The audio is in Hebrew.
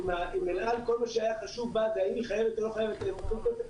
אם אל על כל מה שהיה קשור בה הוא אם חייבת או לא חייבת להחזיר כסף,